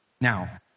Now